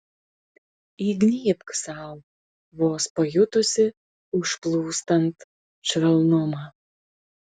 įgnybk sau vos pajutusi užplūstant švelnumą